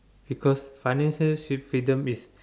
because financial free~ freedom is